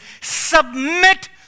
Submit